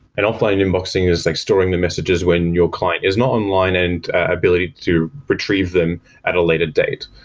an offline inboxing is like storing the messages when your client is not online and ability to retrieve them at a later date.